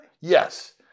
Yes